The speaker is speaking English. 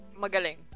Magaling